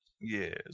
Yes